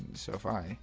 so if i